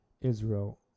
Israel